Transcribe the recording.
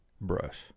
brush